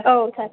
औ सार